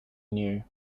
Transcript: knew